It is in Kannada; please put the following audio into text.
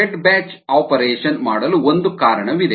ಫೆಡ್ ಬ್ಯಾಚ್ ಆಪರೇಷನ್ ಮಾಡಲು ಒಂದು ಕಾರಣವಿದೆ